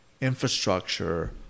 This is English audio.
infrastructure